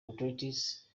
authorities